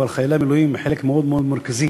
אבל חיילי מילואים הם חלק מאוד מאוד מרכזי